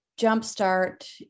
jumpstart